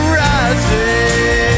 rising